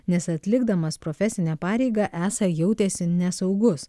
nes atlikdamas profesinę pareigą esą jautėsi nesaugus